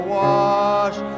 wash